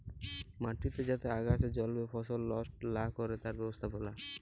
মাটিতে যাতে আগাছা জল্মে ফসল লস্ট লা ক্যরে তার ব্যবস্থাপালা